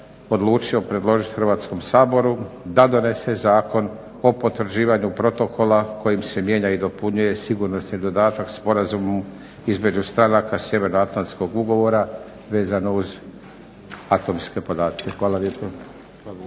odlučio predložiti Hrvatskom saboru da donese Zakon o potvrđivanju protokola kojim se mijenja i dopunjuje sigurnosni dodatak Sporazumu između stranaka Sjevernoatlantskog ugovora vezano uz atomske podatke. Hvala lijepo.